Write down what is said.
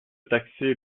taxer